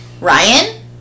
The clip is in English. Ryan